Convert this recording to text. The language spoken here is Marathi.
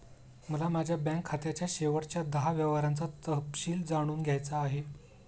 मला माझ्या बँक खात्याच्या शेवटच्या दहा व्यवहारांचा तपशील जाणून घ्यायचा आहे